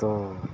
تو